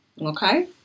okay